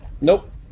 Nope